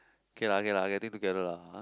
okay lah okay lah okay think together lah !huh!